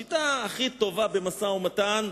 השיטה הכי טובה במשא-ומתן,